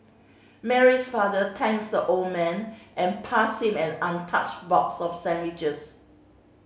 Mary's father thanks the old man and passed him an untouched box of sandwiches